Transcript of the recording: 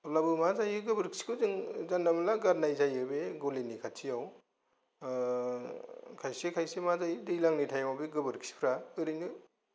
अब्लाबो मा जायो गोबोरखिखौ जों जानला मोनला गारनाय जायो बे गलिनि खाथियाव खायसे खायसे मा जायो दैज्लांनि टाइमाव बे गोबोरखिफ्रा ओरैनो